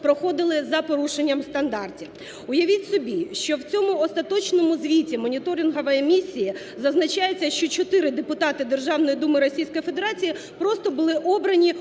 проходили за порушенням стандартів. Уявіть собі, що в цьому Остаточному Звіті Моніторингової Місії зазначається, що чотири депутати Державної Думи Російської Федерації просто були обрані